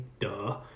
Duh